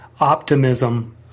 optimism